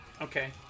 okay